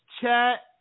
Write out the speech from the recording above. chat